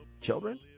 children